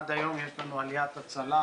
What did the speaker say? עד היום יש לנו עליות הצלה,